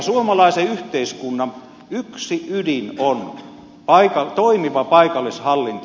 suomalaisen yhteiskunnan yksi ydin on toimiva paikallishallinto